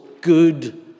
good